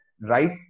right